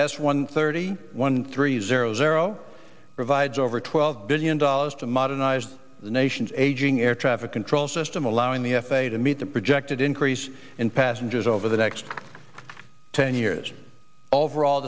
as one thirty one three zero zero provides over twelve billion dollars to modernize the nation's aging air traffic control system allowing the f a a to meet the projected increase in passengers over the next ten years overall